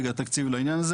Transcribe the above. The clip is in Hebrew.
התקציב שלכם?